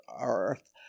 earth